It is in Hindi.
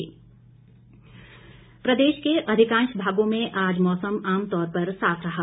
मौसम प्रदेश के अधिकांश भागों में आज मौसम आमतौर पर साफ रहा